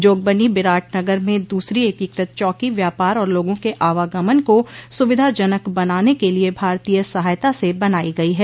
जोगबनी बिराटनगर में दूसरी एकीकृत चौकी व्यापार और लोगा के आवागमन को सुविधाजनक बनाने के लिए भारतीय सहायता से बनाई गई है